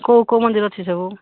କେଉଁ କେଉଁ ମନ୍ଦିର ଅଛି ସବୁ